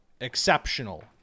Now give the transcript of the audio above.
exceptional